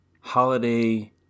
holiday